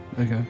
Okay